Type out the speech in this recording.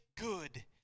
good